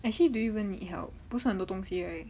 actually do you even need help 不是很多东西 right